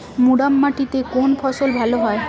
মুরাম মাটিতে কোন ফসল ভালো হয়?